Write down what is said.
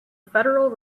federal